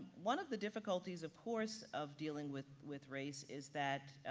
one of the difficulties of course of dealing with with race is that